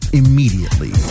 immediately